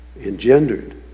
engendered